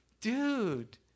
Dude